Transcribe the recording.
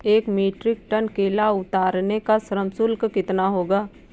एक metric ton केला उतारने का श्रम शुल्क कितना होगा?